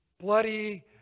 bloody